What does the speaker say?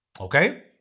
Okay